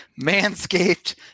Manscaped